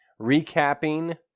recapping